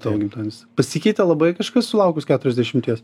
tavo gimtadienis pasikeitė labai kažkas sulaukus keturiasdešimties